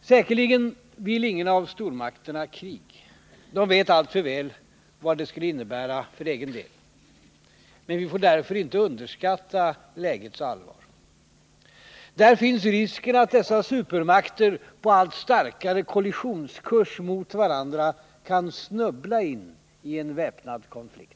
Säkerligen vill ingen av supermakterna ett krig. De vet alltför väl vad det skulle innebära även för egen del. Men vi får därför inte underskatta lägets allvar. Där finns risken att dessa supermakter på allt starkare kollisionskurs mot varandra kan snubbla in i en väpnad konflikt.